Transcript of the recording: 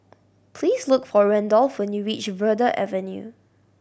please look for Randolf when you reach Verde Avenue